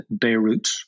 Beirut